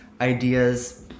ideas